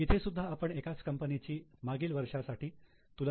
इथे सुद्धा आपण एकाच कंपनीची मागील वर्षांसाठी तुलना करू शकतो